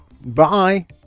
Bye